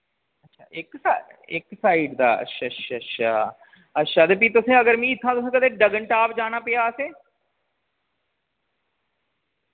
इक साइड दा अच्छा अच्छा अच्छा अच्छा ते फ्ही तुसैं अगर मि इत्थां तुसैं कदें डगन टाप जाना पेया ते